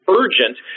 urgent